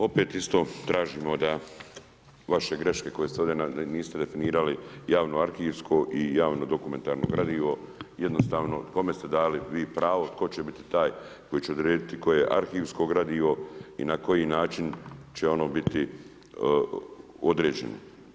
Opet isto tražimo da vaše greške koje ovdje niste definirali, javno arhivsko i javno dokumentarno gradivo jednostavno kome ste dali vi pravo tko će biti taj koji će odrediti koje je arhivsko gradivo i na koji način će ono biti određeno.